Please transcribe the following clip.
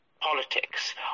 politics